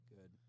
Good